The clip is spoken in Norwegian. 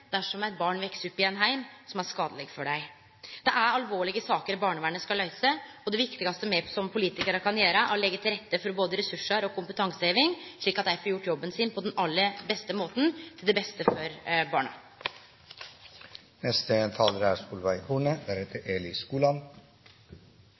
dersom barn veks opp i ein heim som er skadeleg for dei. Det er alvorlege saker barnevernet skal løyse, og det viktigaste me som politikarar kan gjere, er å leggje til rette for både ressursar og kompetanseheving, slik at dei får gjort jobben sin på den aller beste måten og til beste for barna.